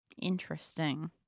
Interesting